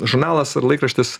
žurnalas ar laikraštis